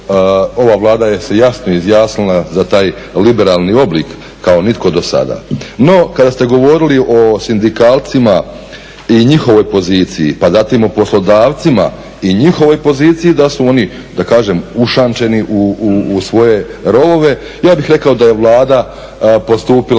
ova Vlada se je jasno izjasnila za taj liberalni oblik kao nitko do sada. No, kada ste govorili o sindikalcima i njihovoj poziciji pa zatim o poslodavcima i njihovoj poziciji da su oni da kažem ušančeni u svoje rovove, ja bih rekao da je Vlada postupila